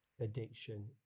addiction